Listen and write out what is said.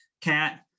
Cat